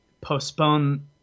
postpone